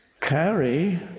carry